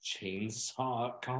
chainsaw